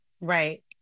Right